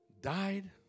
Died